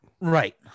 Right